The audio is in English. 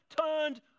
turned